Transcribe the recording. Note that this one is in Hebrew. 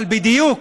אבל בדיוק